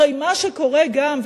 הרי מה שקורה גם,